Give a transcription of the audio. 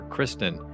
Kristen